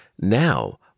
Now